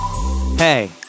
Hey